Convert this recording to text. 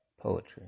poetry